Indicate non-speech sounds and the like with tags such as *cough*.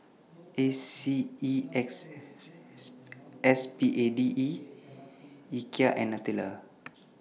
A C E X *unintelligible* S P A D E Ikea and Nutella